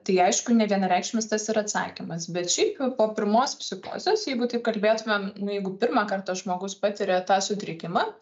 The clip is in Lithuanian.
tai aišku nevienareikšmis tas ir atsakymas bet šiaip po pirmos psichozės jeigu taip kalbėtumėm nu jeigu pirmą kartą žmogus patiria tą sutrikimą